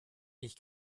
ich